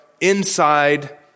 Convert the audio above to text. inside